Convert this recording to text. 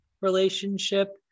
relationship